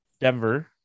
Denver